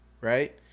right